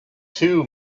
two